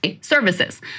services